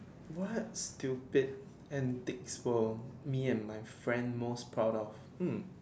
what stupid antics for me and my friends most proud of hmm